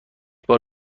بار